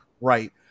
Right